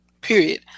period